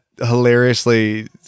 hilariously